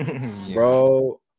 Bro